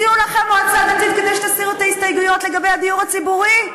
הציעו לכם מועצה דתית כדי שתסירו את ההסתייגויות לגבי הדיור הציבורי?